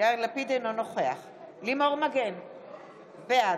אינו נוכח לימור מגן תלם,